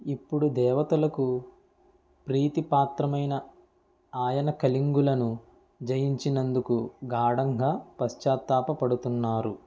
ఇప్పుడు దేవతలకు ప్రీతిపాత్రమైన ఆయన కళింగులను జయించినందుకు గాఢంగా పశ్చాత్తాపపడుతున్నారు